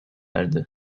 erdi